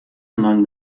among